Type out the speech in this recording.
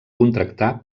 contractar